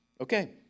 Okay